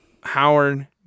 Howard